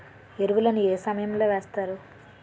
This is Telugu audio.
ఎరువుల ను ఏ సమయం లో వేస్తారు?